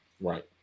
Right